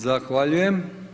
Zahvaljujem.